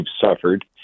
suffered